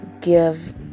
give